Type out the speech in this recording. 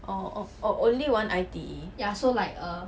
oh only one I_T_E